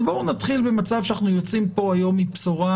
אבל בואו נתחיל במצב שאנחנו יוצאים פה היום עם בשורה